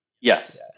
Yes